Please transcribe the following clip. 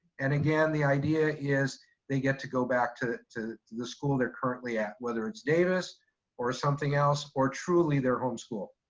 and again, the idea is they get to go back to to the school they're currently at whether it's davis or something else or truly their home school,